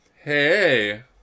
Hey